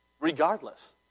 Regardless